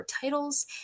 titles